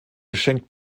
geschenkt